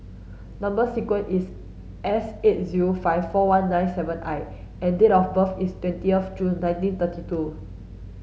number sequence is S eight zero five four one nine seven I and date of birth is twenty of June nineteen thirty two